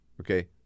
okay